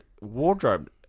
wardrobe